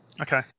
Okay